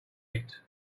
eat